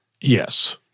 Yes